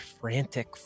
frantic